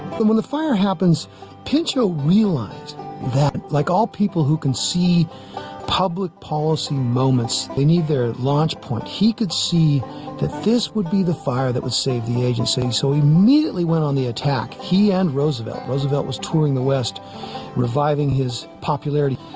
but when the fire happens pinchot realized that like all people who can see public policy moments they need their launch point he could see that this would be the fire that would save the agency so he immediately went on the attack he and roosevelt roosevelt was touring the west reviving his popularity,